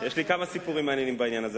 יש לי כמה סיפורים מעניינים בעניין הזה,